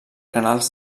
canals